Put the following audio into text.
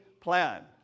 plan